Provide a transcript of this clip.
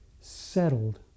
settled